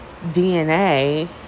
DNA